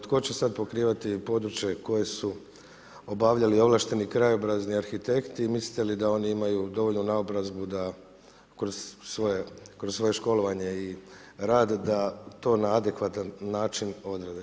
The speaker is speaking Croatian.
Tko će sada pokrivati područje koje su obavljali ovlašteni krajobrazni arhitekti i mislite li da oni imaju dovoljnu naobrazbu da kroz svoje školovanje i rad da to na adekvatan način odrade?